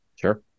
Sure